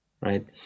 right